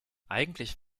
eigentlich